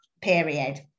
period